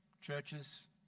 Churches